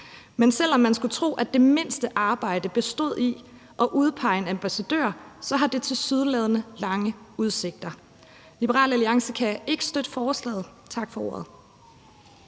Men selv om man skulle tro, at det mindste arbejde bestod i at udpege en ambassadør, så har det tilsyneladende lange udsigter. Liberal Alliance kan ikke støtte forslaget. Tak for ordet.